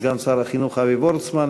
סגן שר החינוך אבי וורצמן,